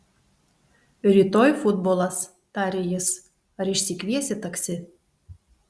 rytoj futbolas tarė jis ar išsikviesi taksi